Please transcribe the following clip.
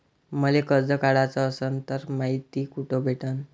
मले कर्ज काढाच असनं तर मायती कुठ भेटनं?